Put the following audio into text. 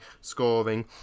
scoring